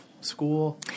school